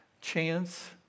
chance